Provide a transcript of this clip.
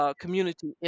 community